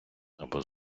або